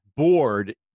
board